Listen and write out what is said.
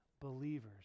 believers